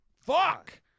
Fuck